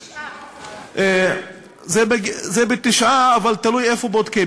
9%. זה 9%, אבל תלוי איפה בודקים.